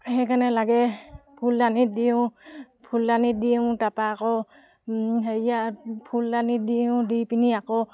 সেইকাৰণে লাগে ফুলদানিত দিওঁ ফুলদানিত দিওঁ তাৰপৰা আকৌ হেৰিয়াত ফুলদানিত দিওঁ দি পিনি আকৌ